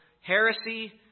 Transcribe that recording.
heresy